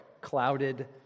clouded